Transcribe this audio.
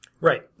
Right